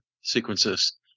sequences